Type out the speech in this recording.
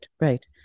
right